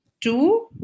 two